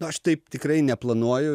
nu aš taip tikrai neplanuoju